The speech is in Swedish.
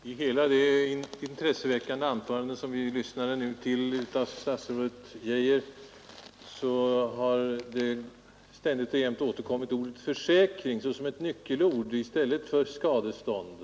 Herr talman! I hela det intresseväckande anförande som vi nu fick lyssna till av statsrådet Geijer återkom ständigt och jämt ordet försäkring som ett nyckelord, medan skadestånd ställdes åt sidan.